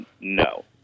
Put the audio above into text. No